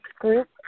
group